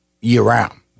year-round